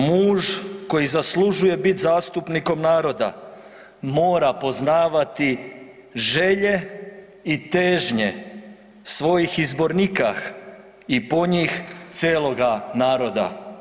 Muž koji zaslužuje bit zastupnikom naroda mora poznavati želje i težnje svojih izbornikah i po njih celoga naroda“